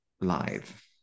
live